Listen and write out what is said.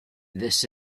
this